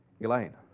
Elaine